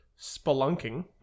spelunking